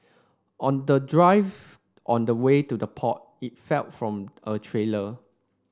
on the drive on the way to the port it fell from a trailer